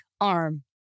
arm